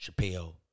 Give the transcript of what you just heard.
Chappelle